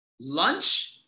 lunch